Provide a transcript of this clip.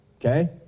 okay